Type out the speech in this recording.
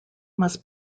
must